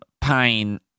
pain